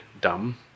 dumb